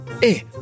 hey